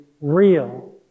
real